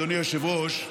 אדוני היושב-ראש,